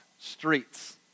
streets